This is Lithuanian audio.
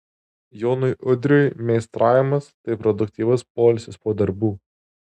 jonui udriui meistravimas tai produktyvus poilsis po darbų